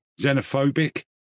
xenophobic